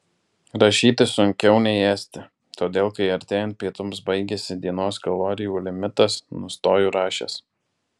rašyti sunkiau nei ėsti todėl kai artėjant pietums baigiasi dienos kalorijų limitas nustoju rašęs